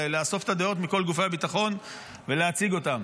לאסוף את הדעות מכל גופי הביטחון ולהציג אותן.